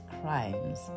crimes